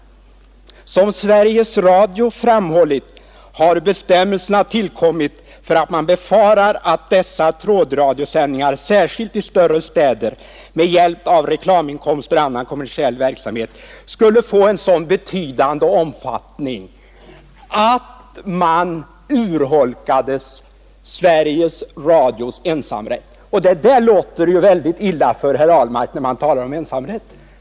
Som Sveriges Radio har framhållit har bestämmelserna tillkommit därför att man har befarat att dessa trådradiosändningar, särskilt i större städer, med hjälp av reklaminkomster och annan kommersiell verksamhet skulle få en så betydande omfattning att Sveriges Radios ensamrätt urholkades. Det låter ju väldigt illa för herr Ahlmark att tala om ensamrätt.